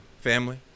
Family